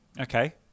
Okay